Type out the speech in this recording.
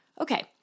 Okay